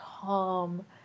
calm